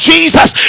Jesus